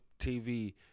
TV